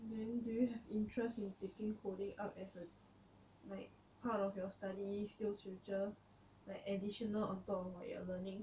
then do you have interest in taking coding up a like part of your study skills future like additional on top of what you are learning